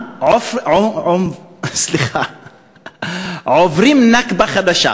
עקירתם, סליחה, עוברים נכבה חדשה.